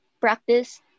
practice